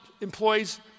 employee's